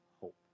hope